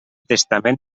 testament